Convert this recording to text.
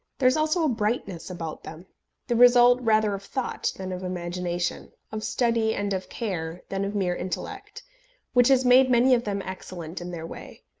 there is also a brightness about them the result rather of thought than of imagination, of study and of care, than of mere intellect which has made many of them excellent in their way.